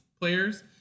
players